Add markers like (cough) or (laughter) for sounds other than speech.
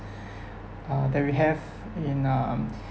uh that we have in um (breath)